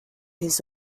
his